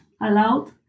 allowed